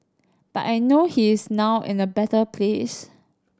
but I know he is now in a better place